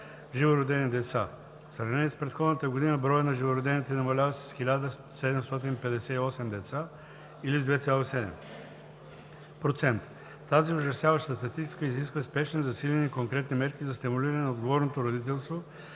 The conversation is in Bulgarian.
живородени деца. В сравнение с предходната година броят на живородените намалява с 1758 деца, или с 2,7%. Тази ужасяваща статистика изисква спешни, засилени и конкретни мерки за стимулиране на отговорното родителство,